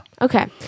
Okay